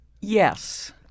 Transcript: Yes